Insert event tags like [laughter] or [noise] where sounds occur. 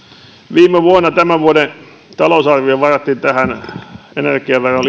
viime vuonna tämän vuoden talousarvioon varattiin tähän energiaveron [unintelligible]